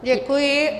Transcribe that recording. Děkuji.